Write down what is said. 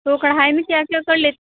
तो कढ़ाई में क्या क्या कर ले